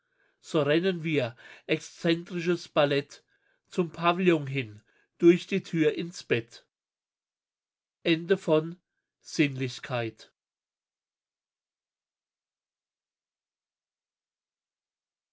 so rennen wir exzentrisches ballett zum pavillon hin durch die tür ins bett